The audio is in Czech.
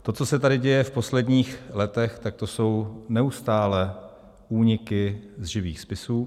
To, co se tady děje v posledních letech, tak to jsou neustálé úniky z živých spisů.